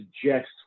suggest